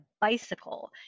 bicycle